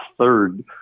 third